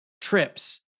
trips